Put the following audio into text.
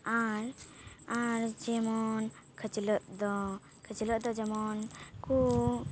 ᱟᱨ ᱟᱨ ᱡᱮᱢᱚᱱ ᱠᱷᱟᱹᱪᱞᱟᱹᱜ ᱫᱚ ᱠᱷᱟᱹᱪᱞᱟᱹᱜ ᱫᱚ ᱡᱮᱢᱚᱱ ᱠᱚ